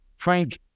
Frank